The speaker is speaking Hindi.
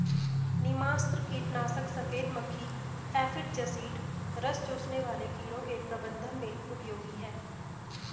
नीमास्त्र कीटनाशक सफेद मक्खी एफिड जसीड रस चूसने वाले कीड़ों के प्रबंधन में उपयोगी है